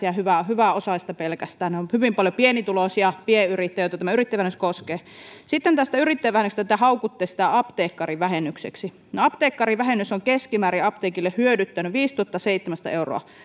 ja pelkästään hyväosaisista luotaisi ne ovat hyvin paljon pienituloisia pienyrittäjiä joita tämä yrittäjävähennys koskee sitten tästä yrittäjävähennyksestä kun te haukutte sitä apteekkarivähennykseksi no apteekkarivähennys on apteekille hyödyttänyt keskimäärin viisituhattaseitsemänsataa euroa